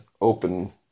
open